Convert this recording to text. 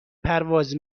پرواز